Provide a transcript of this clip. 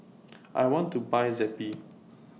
I want to Buy Zappy